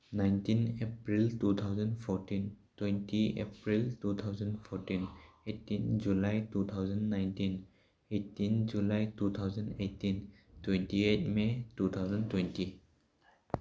nineteen April two thousand fourteen twenty April two thousand fourteen eighteen July two thousand nineteen eighteen July two thousand eighteen twenty eight may two thousand twenty